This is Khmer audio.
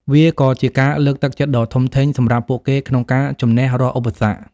វាក៏ជាការលើកទឹកចិត្តដ៏ធំធេងសម្រាប់ពួកគេក្នុងការជំនះរាល់ឧបសគ្គ។